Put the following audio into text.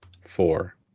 four